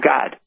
God